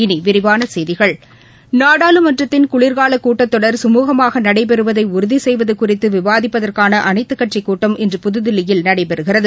இனி விரிவான செய்திகள் நாடாளுமன்றத்தின் குளிர்கால கூட்டத்தொடர் சுமூகமாக நடைபெறுவதை உறுதி செய்வது குறித்து விவாதிப்பதற்கான அனைத்துக் கட்சி கூட்டம் இன்று புதுதில்லியில் நடைபெறுகிறது